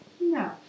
No